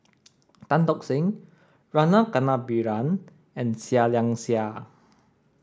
Tan Tock Seng Rama Kannabiran and Seah Liang Seah